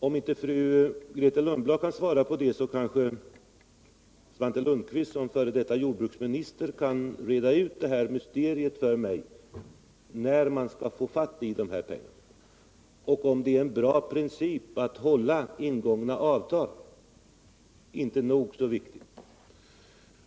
Om inte fru Grethe Lundblad kan svara på den frågan kanske Svante Lundkvist som f.d. jordbruksminister kan reda ut mysteriet om när man skall få fatt i pengarna och om det är en bra princip att hålla ingångna avtal. Det är nog så viktigt!